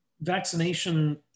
Vaccination